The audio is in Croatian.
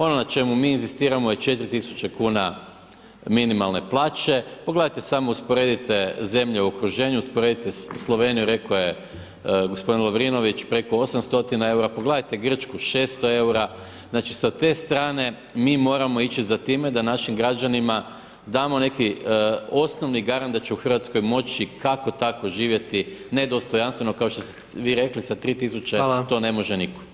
Ono na čemu mi inzistiramo je 4000 kuna minimalne plaće, pogledajte samo, usporedite zemlje u okruženju, usporedite Sloveniju, rek'o je gospodin Lovrinović, preko 800 EUR-a, pogledajte Grčku 600 EUR-a, znači sa te strane, mi moramo ići za time da našim građanima damo neki osnovni garant da će u Hrvatskoj moći kako-tako živjeti, ne dostojanstveno kao što ste vi rekli, sa 3000, to ne može nitko.